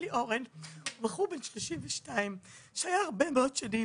אלי אורן הוא בחור בן 32 שהיה הרבה מאוד שנים